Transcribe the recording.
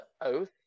oath